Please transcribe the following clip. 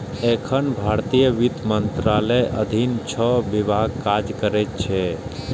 एखन भारतीय वित्त मंत्रालयक अधीन छह विभाग काज करैत छैक